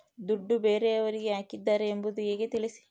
ದುಡ್ಡು ಬೇರೆಯವರಿಗೆ ಹಾಕಿದ್ದಾರೆ ಎಂಬುದು ಹೇಗೆ ತಿಳಿಸಿ?